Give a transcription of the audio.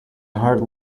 heart